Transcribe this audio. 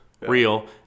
Real